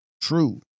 true